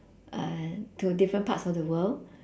uh to different parts of the world